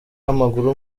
w’amaguru